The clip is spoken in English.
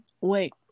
Wait